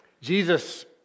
Jesus